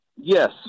Yes